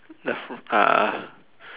the fruit uh